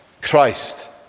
Christ